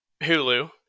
Hulu